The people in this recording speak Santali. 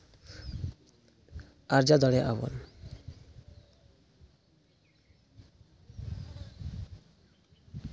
ᱟᱨᱡᱟᱣ ᱫᱟᱲᱮᱭᱟᱜᱼᱟ ᱵᱚᱱ